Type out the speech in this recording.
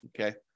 Okay